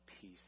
peace